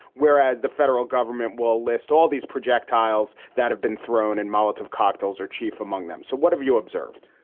whereas the federal government will list all these projectiles that have been thrown and molotov cocktails are chief among them. so what have you observed?